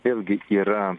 vėlgi yra